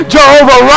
Jehovah